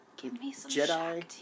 Jedi